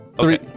Three